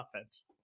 offense